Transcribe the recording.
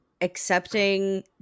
accepting